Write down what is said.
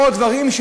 בעוד דברים,